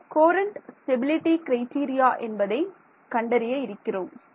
நாம் current stability criteria என்பதை நாம் கண்டறிய இருக்கிறோம்